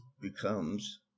becomes